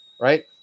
right